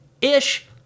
Ish